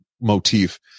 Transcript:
motif